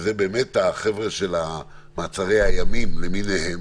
שזה החבר'ה של מעצרי הימים למיניהם